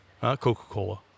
Coca-Cola